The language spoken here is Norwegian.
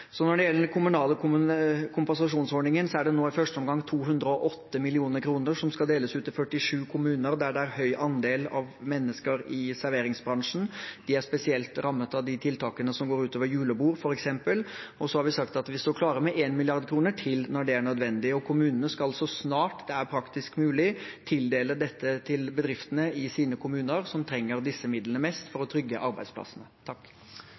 så er det sagt. Når det gjelder den kommunale kompensasjonsordningen, er det nå i første omgang 208 mill. kr som skal deles ut til 47 kommuner der det er en høy andel av mennesker i serveringsbransjen. De er spesielt rammet av tiltakene som går ut over f.eks. julebord. Så har vi sagt at vi står klar med 1 mrd. kr til når det er nødvendig. Kommunene skal så snart det er praktisk mulig, tildele dette til de bedriftene i sine kommuner som trenger disse midlene mest for å trygge arbeidsplassene.